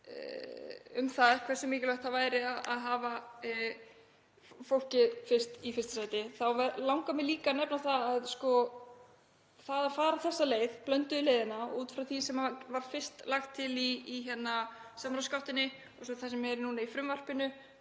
um það hversu mikilvægt væri að hafa fólk í fyrsta sæti langar mig að nefna að það að fara þessa leið, blönduðu leiðina, út frá því sem var fyrst lagt til í samráðsgáttinni og svo því sem er í frumvarpinu